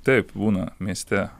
taip būna mieste